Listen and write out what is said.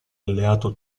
alleato